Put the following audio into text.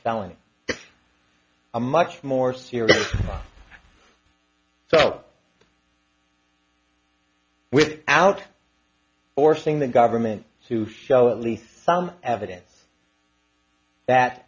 felony is a much more serious so without forcing the government to show at least some evidence that